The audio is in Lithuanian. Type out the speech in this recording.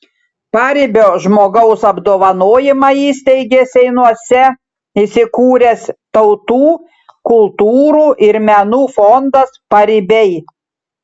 paribio žmogaus apdovanojimą įsteigė seinuose įsikūręs tautų kultūrų ir menų fondas paribiai